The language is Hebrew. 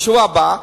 בשבוע הבא,